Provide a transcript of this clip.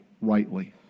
rightly